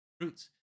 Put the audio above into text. roots